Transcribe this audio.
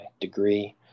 degree